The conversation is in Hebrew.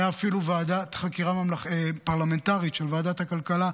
הייתה אפילו ועדת חקירה פרלמנטרית של ועדת הכלכלה,